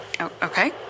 okay